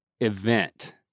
event